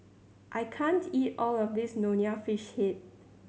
I can't eat all of this Nonya Fish Head